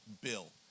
Bill